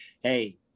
hey